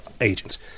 agents